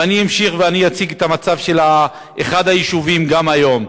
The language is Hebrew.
ואני אמשיך ואציג את המצב של אחד היישובים גם היום.